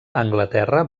anglaterra